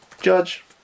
judge